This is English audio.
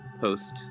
post